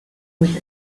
with